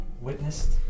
witnessed